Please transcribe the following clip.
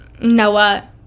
Noah